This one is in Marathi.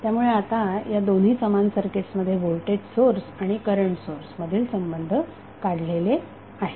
त्यामुळे आता या दोन्ही समान सर्किट्स मध्ये व्होल्टेज सोर्स आणि करंट सोर्स मधील संबंध काढलेले आहेत